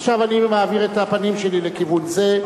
עכשיו אני מעביר את הפנים שלי לכיוון זה,